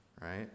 right